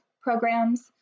programs